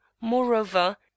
moreover